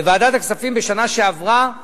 ועדת הכספים אישרה בשנה שעברה